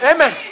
Amen